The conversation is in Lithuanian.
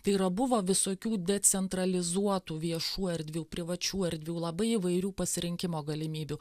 tai yra buvo visokių decentralizuotų viešų erdvių privačių erdvių labai įvairių pasirinkimo galimybių